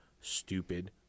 stupid